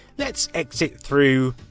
let's exit through.